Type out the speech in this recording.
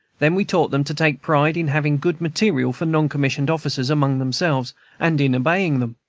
then we taught them to take pride in having good material for noncommissioned officers among themselves, and in obeying them.